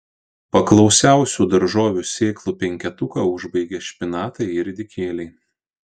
paklausiausių daržovių sėklų penketuką užbaigia špinatai ir ridikėliai